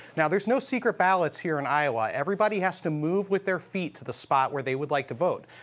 and there's no secret ballot here in iowa. everybody has to move with their feet to the spot where they would like to vote.